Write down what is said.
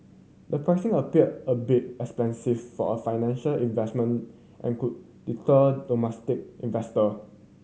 the pricing appear a bit expensive for a financial investment and could deter domestic investor